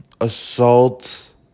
assaults